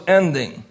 ending